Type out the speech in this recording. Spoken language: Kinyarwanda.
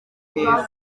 neza